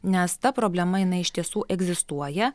nes ta problema jinai iš tiesų egzistuoja